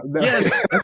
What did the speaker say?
yes